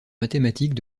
mathématiques